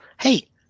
hey